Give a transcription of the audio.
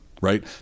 right